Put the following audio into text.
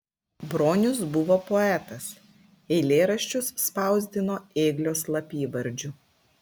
bronius buvo poetas eilėraščius spausdino ėglio slapyvardžiu